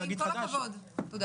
תודה.